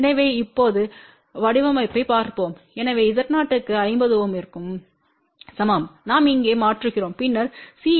எனவே இப்போது வடிவமைப்பைப் பார்ப்போம் எனவே Z0க்கு 50 ஓமிற்கு சமம் நாம் இங்கே மாற்றுகிறோம் பின்னர் C